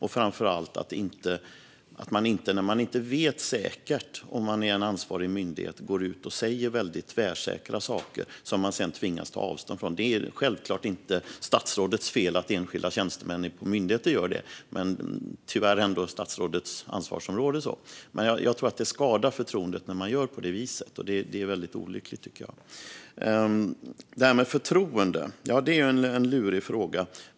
Framför allt hade det varit bra om en ansvarig myndighet som inte vet säkert hade låtit bli att gå ut och säga tvärsäkra saker som den sedan tvingas ta avstånd från. Det är självklart inte statsrådets fel att enskilda tjänstemän i myndigheter gör det, men tyvärr faller det ändå under statsrådets ansvarsområde. Jag tror att det skadar förtroendet när man gör på det viset, och det tycker jag är olyckligt. Det här med förtroende är en lurig fråga.